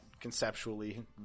conceptually